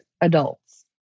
adults